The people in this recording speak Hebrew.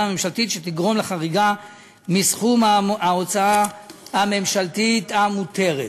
הממשלתית שתגרום לחריגה מסכום ההוצאה הממשלתית המותרת,